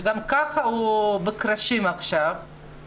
שגם ככה הוא בקרשים עכשיו,